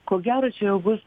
ko gero čia jau bus